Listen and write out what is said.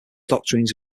doctrines